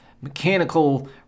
mechanical